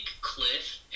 Cliff